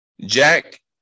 Jack